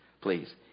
please